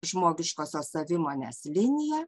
žmogiškosios savimonės linija